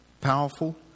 powerful